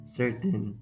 certain